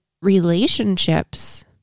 relationships